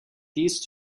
these